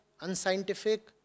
Unscientific